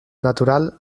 natural